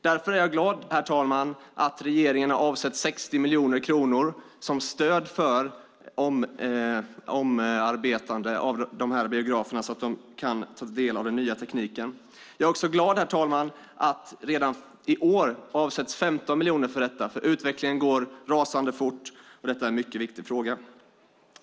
Därför är jag glad, herr talman, att regeringen har avsatt 60 miljoner kronor till stöd för omarbetande av dessa biografer så att de kan ta del av den nya tekniken. Jag är också glad, herr talman, att det redan i år avsätts 15 miljoner för detta, för utvecklingen går rasande fort och detta är en mycket viktig fråga.